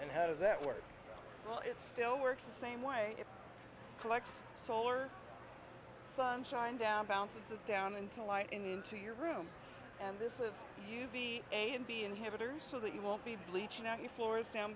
and how does that work well it still works the same way it collect solar sunshine down bounces down into light into your room and this is u v a and b inhibitors so that you won't be bleaching out your floors down